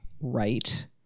right